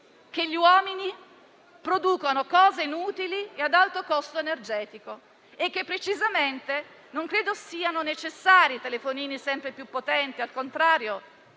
che gli uomini producono cose inutili e ad alto costo energetico e che non crede siano necessari telefonini sempre più potenti. Al contrario,